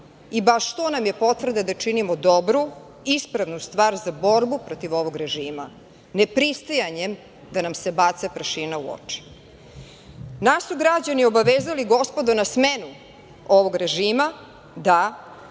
i baš to nam je potvrda da činimo dobru i ispravnu stvar za borbu protiv ovog režima, nepristajanjem da nam se baca prašina u oči. Nas su građani obavezali, gospodo, na smenu ovog režima, da,